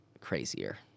crazier